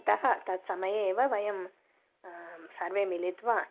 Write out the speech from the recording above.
अतः तत् समये एव वयं सर्वे मिलित्वा